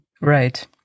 Right